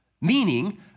meaning